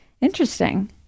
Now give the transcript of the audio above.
Interesting